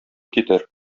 китер